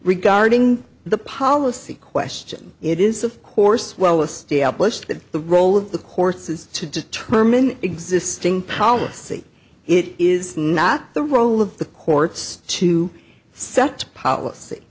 regarding the policy question it is of course well established that the role of the course is to determine existing policy it is not the role of the courts to set policy